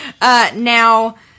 Now